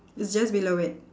it's just below it